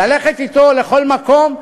ללכת אתו לכל מקום,